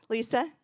Lisa